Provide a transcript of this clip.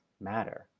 matter